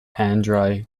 andrei